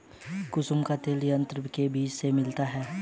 कुसुम का तेल संयंत्र के बीज से मिलता है